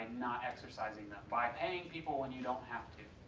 not exercising them, by paying people when you don't have to.